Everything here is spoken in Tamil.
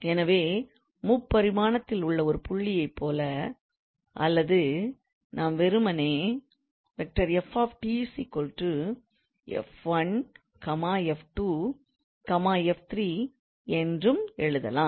எனவே முப்பரிமாணத்தில் உள்ள ஒரு புள்ளியைப் போல அல்லது நாம் வெறுமனே 𝑓⃗𝑡 𝑓1 𝑓2 𝑓3 என்றும் எழுதலாம்